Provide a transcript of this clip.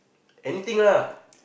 anything lah